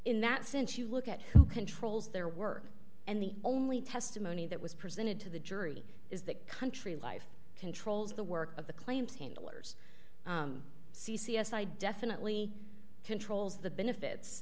in that sense you look at who controls their work and the only testimony that was presented to the jury is that country life controls the work of the claims handlers c c s i definitely controls the benefits